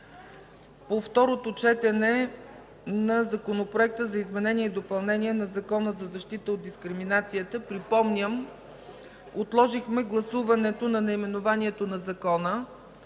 по второто четене на Законопроекта за изменение и допълнение на Закона за защита от дискриминацията отложихме гласуването на наименованието на закона,